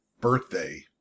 birthday